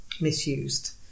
misused